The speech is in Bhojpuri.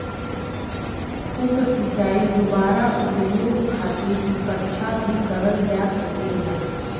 उप सिंचाई दुबारा उपयोग खातिर इकठ्ठा भी करल जा सकेला